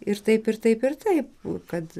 ir taip ir taip ir taip kad